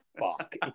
fuck